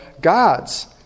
gods